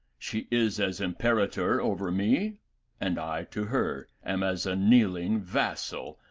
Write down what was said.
she is as imperator over me and i to her am as a kneeling vassal,